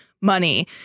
money